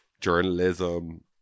journalism